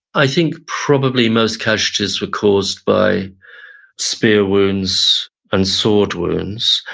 i think probably most casualties were caused by spear wounds and sword wounds.